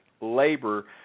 labor